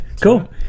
Cool